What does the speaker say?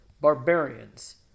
Barbarians